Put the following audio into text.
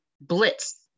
blitz